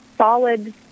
Solid